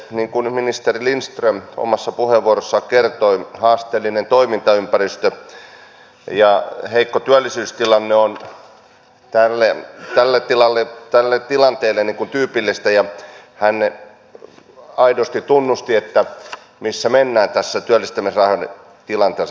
niin kuin ministeri lindström omassa puheenvuorossaan kertoi haasteellinen toimintaympäristö ja heikko työllisyystilanne ovat tälle tilanteelle tyypillisiä ja hän aidosti tunnusti missä mennään tässä työllistämisrahan tilanteessa